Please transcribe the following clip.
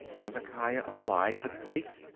hezekiah applied for the place.